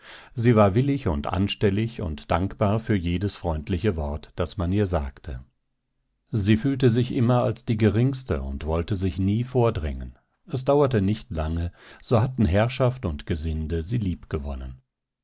sie war willig und anstellig und dankbar für jedes freundliche wort das man ihr sagte sie fühlte sich immer als die geringste und wollte sich nie vordrängen es dauerte nicht lange so hatten herrschaft und gesinde sie